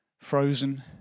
frozen